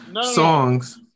Songs